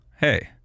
hey